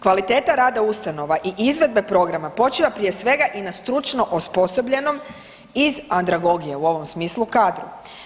Kvaliteta rada ustanova i izvedbe programa počiva prije svega i na stručno osposobljenom iz andragogije u ovom smislu kadru.